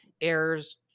errors